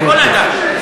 כל אדם.